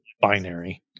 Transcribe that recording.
binary